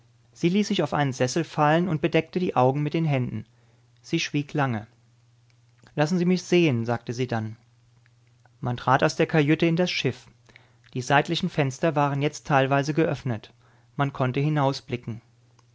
sie ließ sich auf einen sessel fallen und bedeckte die augen mit den händen sie schwieg lange lassen sie mich sehen sagte sie dann man trat aus der kajüte in das schiff die seitlichen fenster waren jetzt teilweise geöffnet man konnte